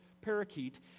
parakeet